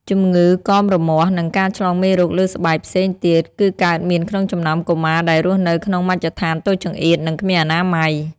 ជម្ងឺកមរមាស់ និងការឆ្លងមេរោគលើស្បែកផ្សេងទៀតគឺកើតមានក្នុងចំណោមកុមារដែលរស់នៅក្នុងមជ្ឈដ្ឋានតូចចង្អៀត និង គ្មានអនាម័យ។